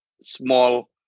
small